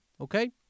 Okay